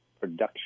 production